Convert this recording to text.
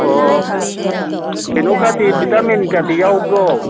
ꯑꯣ ꯀꯩꯅꯣꯒꯗꯤ ꯕꯤꯇꯥꯃꯤꯟꯒꯗꯤ ꯌꯥꯎꯕ꯭ꯔꯣ